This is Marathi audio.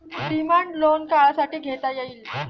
डिमांड लोन किती काळासाठी घेता येईल?